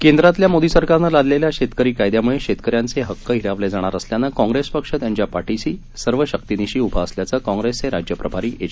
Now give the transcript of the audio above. केंद्रातल्या मोदी सरकारनं लादलेल्या शेतकरी कायद्यामुळे शेतकऱ्यांचे हक्क हिरावले जाणार असल्यानं काँप्रेस पक्ष त्यांच्या पाठीशी सर्व शक्तीनिशी उभा असल्याचं काँप्रेसचे राज्य प्रभारी एच